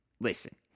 listen